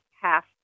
half